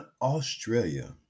Australia